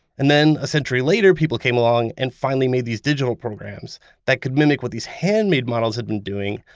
and then a century later people came along and finally made these digital programs that could mimic what these handmade models had been doing.